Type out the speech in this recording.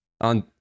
on